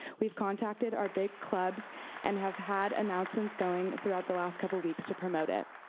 we've contacted our big clubs and have had announcements going throughout the last couple weeks to promote it.